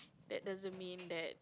that doesn't mean that